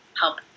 help